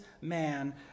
man